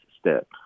step